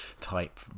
type